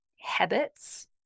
habits